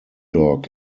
dog